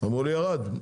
אמרו ירד.